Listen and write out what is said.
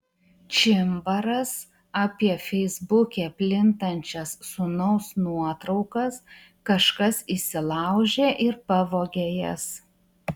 čimbaras apie feisbuke plintančias sūnaus nuotraukas kažkas įsilaužė ir pavogė jas